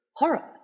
horror